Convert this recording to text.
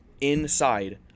inside